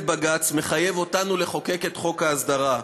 בג"ץ מחייב אותנו לחוקק את חוק ההסדרה.